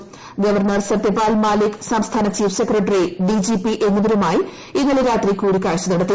governor Satyapal Malik സംസ്ഥാന chief secretary DGP എന്നീവ്രുമായി ഇന്നലെ രാത്രി കൂടിക്കാഴ്ച നടത്തി